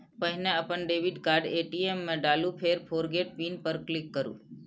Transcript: पहिने अपन debit card ATM मे डालू, फेर फोरगेट पिन पर क्लिक करू